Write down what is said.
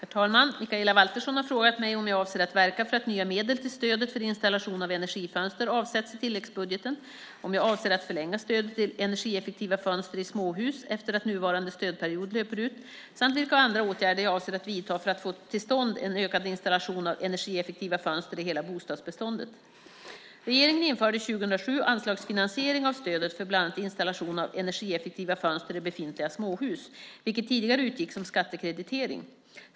Herr talman! Mikaela Valtersson har frågat mig om jag avser att verka för att nya medel till stödet för installation av energifönster avsätts i tilläggsbudgeten, om jag avser att förlänga stödet till energieffektiva fönster i småhus efter att nuvarande stödperiod löper ut samt vilka andra åtgärder jag avser att vidta för att få till stånd en ökad installation av energieffektiva fönster i hela bostadsbeståndet. Regeringen införde år 2007 anslagsfinansiering av stödet för bland annat installation av energieffektiva fönster i befintliga småhus, vilket tidigare utgick som skattekreditering.